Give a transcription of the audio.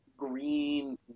green